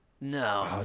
no